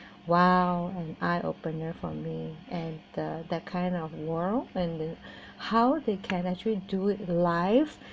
!wow! an eye opener for me and the that kind of world and how they can actually do it live